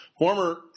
Former